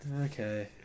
Okay